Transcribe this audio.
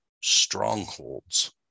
strongholds